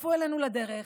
יצטרפו אלינו לדרך,